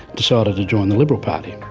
decided to join the liberal party.